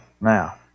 Now